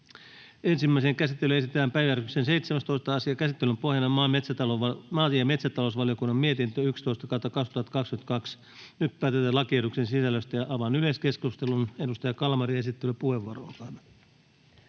Ensimmäiseen käsittelyyn esitellään päiväjärjestyksen 17. asia. Käsittelyn pohjana on maa‑ ja metsätalousvaliokunnan mietintö MmVM 11/2022 vp. Nyt päätetään lakiehdotuksen sisällöstä. Avaan yleiskeskustelun. — Edustaja Kalmari, esittelypuheenvuoro,